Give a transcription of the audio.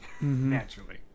Naturally